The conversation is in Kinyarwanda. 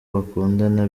bakundana